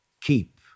Keep